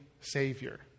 Savior